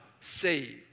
saved